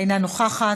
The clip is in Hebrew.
אינה נוכחת,